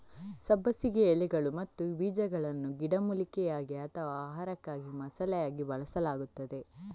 ಸಬ್ಬಸಿಗೆ ಎಲೆಗಳು ಮತ್ತು ಬೀಜಗಳನ್ನು ಗಿಡಮೂಲಿಕೆಯಾಗಿ ಅಥವಾ ಆಹಾರಕ್ಕಾಗಿ ಮಸಾಲೆಯಾಗಿ ಬಳಸಲಾಗುತ್ತದೆ